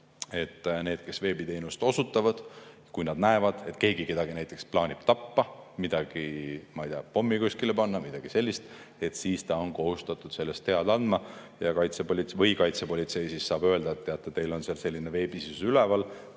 et need, kes veebiteenust osutavad, kui nad näevad, et keegi kedagi näiteks plaanib tappa või, ma ei tea, pommi kuskile panna – midagi sellist –, siis nad on kohustatud sellest teada andma. Ja kaitsepolitsei siis saab öelda, et teate, teil on seal selline asi veebis üleval